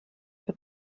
que